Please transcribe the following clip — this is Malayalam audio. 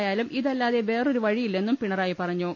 ആയാലും ഇതല്ലാതെ വേറൊരു വഴിയില്ലെന്നും പിണറായി പറ ഞ്ഞു